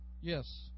Yes